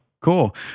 Cool